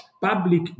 public